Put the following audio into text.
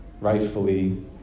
rightfully